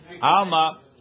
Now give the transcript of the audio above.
Alma